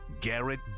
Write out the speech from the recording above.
Garrett